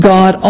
God